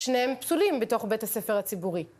שניהם פסולים בתוך בית הספר הציבורי.